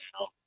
now